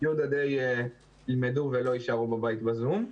עד י' ילמדו ולא יישארו בבית בזום.